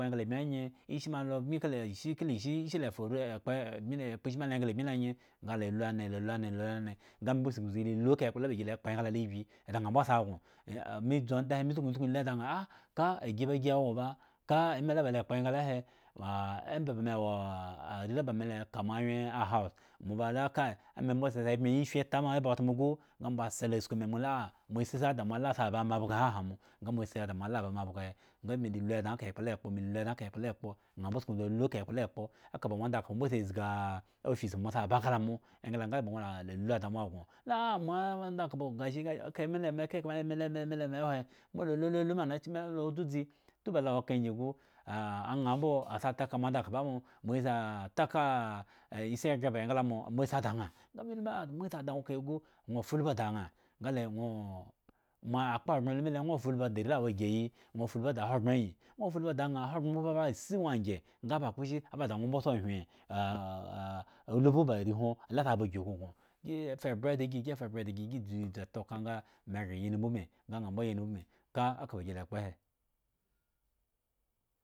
Engla bmi anye he ishi molo ka ishi le faru ekpo bmi le kpo ishi kala ishi engla bmilo anye he nga la lu nee ladu nee la lu nee nga me sukun sa ba lu ka ekpla he si kpo ibi eda naa mbo asa go me dzu onda he me sukun sukun lu da ka agi ma gi wo baa ka eme ba le kpo engla he we me wo are la ba me le ka house ma kai bmyeyi si tama eba otmo su nga mo selo sku me molu "maaa" mo si lo di m ala ba utmu amabgo dna anamo nga mosidi mola ba amabgo he nga me le lu e dna ekpla le kpome le lu dna ekpo mele lu eka ekpla he kpo aa sukun aba la lu eka ekplale kpo eka moandakhpo mbo si zgia office mbo sa ba kala mo engla nga baa mo lalu da mo go aa moandakhpo gashi ka ekpla nga ala lulu ma me lu cewa la wo dzudzi oba lo wo eka ngi gu naa mbo asa taka moandakpo amo mo si ataka isi egre ba engla mo si da aa me lu ma aa mo si da nwo kahe nwo fulbidi aa nga le nwoo ma akpa eggon alu mi le anwo fulbidi are la wo egiyi nwo fulbidi ahogbren nyi nwo fulbi da naa ahogbren mbo ba assi nwo a ngyen nga kposhi nga da nwo mbo soo hwen ulbi ba arehwo la sa aba isikun go gi fa ebre di si gi efa ebre di gi khwo nga aa gre ya nmo ubmi ka aka ba gile kpo awohe.